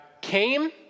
came